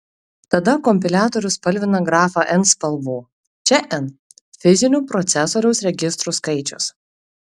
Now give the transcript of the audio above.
tada kompiliatorius spalvina grafą n spalvų čia n fizinių procesoriaus registrų skaičius